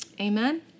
Amen